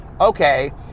okay